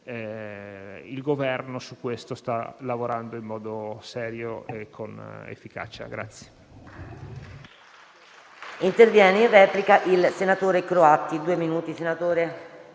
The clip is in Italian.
Il Governo su questo sta lavorando in modo serio e con efficacia.